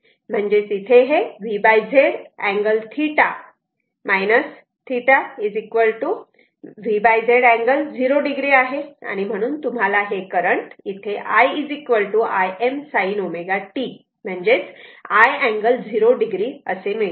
म्हणजेच इथे हे V Z angle θ θ V Z angle 0 o आहे म्हणून तुम्हाला करंट हे i Im sin ω t i angle 0 o असे मिळते